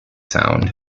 sound